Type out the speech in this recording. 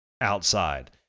outside